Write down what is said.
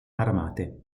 armate